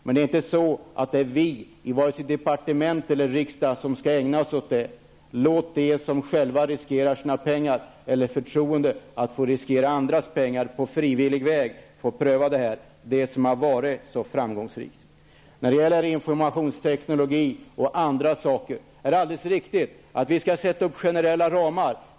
Men det är inte vi i vare sig departement eller riksdag som skall ägna oss åt sådant. Låt dem som själva riskerar sina pengar eller har förtroendet att riskera andras pengar på frivillig väg pröva det som har varit så framgångsrikt. Det är alldeles riktigt att vi skall sätta upp generella ramar för informationsteknologi osv.